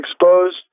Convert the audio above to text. exposed